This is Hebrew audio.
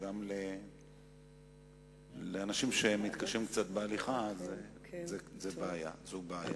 גם לאנשים שמתקשים קצת בהליכה זו בעיה.